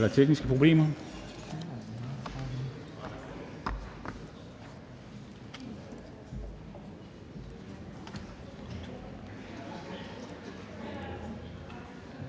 Er der tekniske problemer?